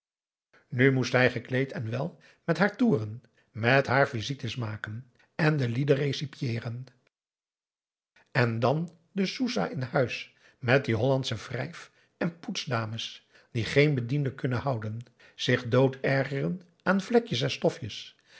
nu moest hij gekleed en wel met haar toeren met haar visites maken en de lieden recepieeren en dan de soesah in huis met die hollandsche wrijf en poets dames die geen bedienden kunnen houden zich dood ergeren aan vlekjes en stofjes